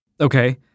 Okay